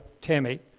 Tammy